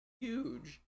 Huge